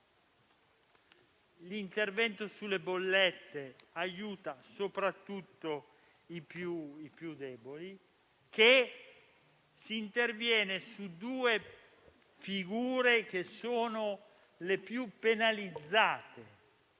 l'intervento sulle bollette aiuta soprattutto i più deboli; si interviene sulle due figure più penalizzate